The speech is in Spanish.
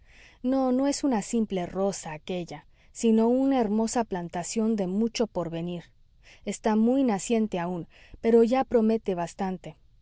no no es una simple roza aquélla sino una hermosa plantación de mucho porvenir está muy naciente aún pero ya promete bastante